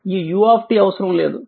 ఈ u అవసరం లేదు